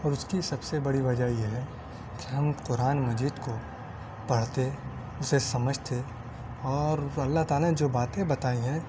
اور اس کی سب سے بڑی وجہ یہ ہے کہ ہم قرآن مجید کو پڑھتے اسے سمجھتے اور اللّہ تعالیٰ نے جو باتیں بتائی ہیں